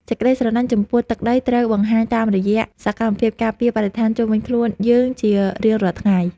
សេចក្តីស្រឡាញ់ចំពោះទឹកដីត្រូវបង្ហាញតាមរយៈសកម្មភាពការពារបរិស្ថានជុំវិញខ្លួនយើងជារៀងរាល់ថ្ងៃ។